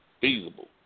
feasible